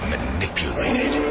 Manipulated